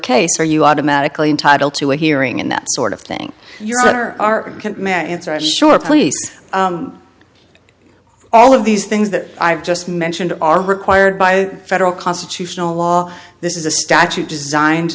case are you automatically entitled to a hearing and that sort of thing your honor our men answer i'm sure police all of these things that i've just mentioned are required by federal constitutional law this is a statute designed